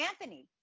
Anthony